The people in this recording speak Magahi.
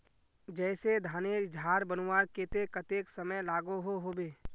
जैसे धानेर झार बनवार केते कतेक समय लागोहो होबे?